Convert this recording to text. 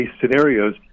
scenarios